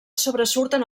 sobresurten